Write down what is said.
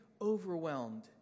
overwhelmed